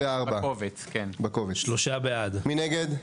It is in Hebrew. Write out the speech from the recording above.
מי נגד?